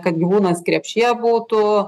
kad gyvūnas krepšyje būtų